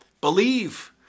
Believe